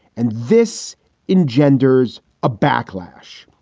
and this in gender's a backlash,